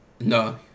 No